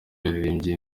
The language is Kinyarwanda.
yaririmbye